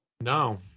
no